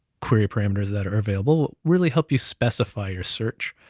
query parameters that are available. really help you specify your search,